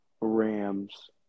Rams